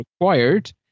required